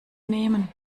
nehmen